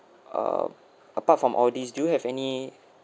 uh apart from all these do you have any